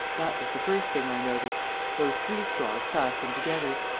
that was the first thing i noticed those three straws fastened together.